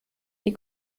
die